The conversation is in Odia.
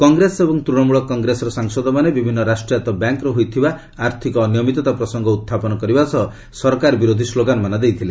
କଂଗ୍ରେସ ଏବଂ ତୂଶମ୍ବଳ କଂଗ୍ରେସର ସାଂସଦମାନେ ବିଭିନ୍ନ ରାଷ୍ଟ୍ରାୟତ୍ତ ବ୍ୟାଙ୍କ୍ରେ ହୋଇଥିବା ଆର୍ଥକ ଅନିୟମିତତା ପ୍ରସଙ୍ଗ ଉତ୍ଥାପନ କରିବା ସହ ସରକାର ବିରୋଧି ସ୍ଲୋଗାନମାନ ଦେଇଥିଲେ